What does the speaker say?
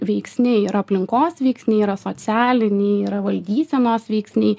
veiksniai yra aplinkos veiksniai yra socialiniai yra valdysenos veiksniai